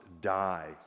die